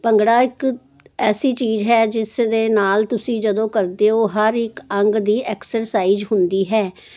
ਭੰਗੜਾ ਇੱਕ ਐਸੀ ਚੀਜ਼ ਹੈ ਜਿਸ ਦੇ ਨਾਲ ਤੁਸੀਂ ਜਦੋਂ ਕਰਦੇ ਹੋ ਹਰ ਇੱਕ ਅੰਗ ਦੀ ਐਕਸਰਸਾਈਜ਼ ਹੁੰਦੀ ਹੈ